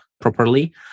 properly